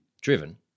driven